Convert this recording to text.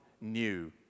new